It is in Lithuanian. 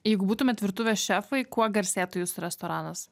jeigu būtumėt virtuvės šefai kuo garsėtų jūsų restoranas